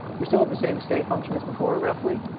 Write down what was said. we still have the same say function as before, roughly.